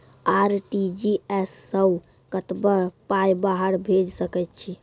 RTGS सअ कतबा पाय बाहर भेज सकैत छी?